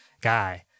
guy